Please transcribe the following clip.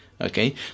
okay